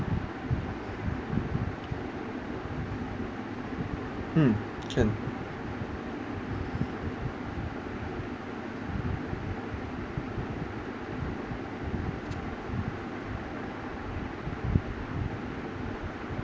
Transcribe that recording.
mm can